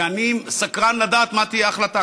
ואני סקרן לדעת מה תהיה ההחלטה.